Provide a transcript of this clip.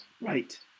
right